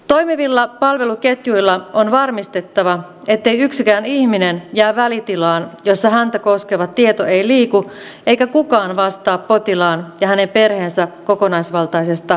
toimivilla palveluketjuilla on varmistettava ettei yksikään ihminen jää välitilaan jossa häntä koskeva tieto ei liiku eikä kukaan vastaa potilaan ja hänen perheensä kokonaisvaltaisesta hyvinvoinnista